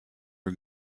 are